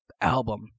album